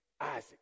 Isaac